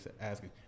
Asking